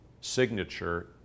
signature